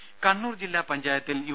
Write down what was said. രും കണ്ണൂർ ജില്ലാ പഞ്ചായത്തിൽ യു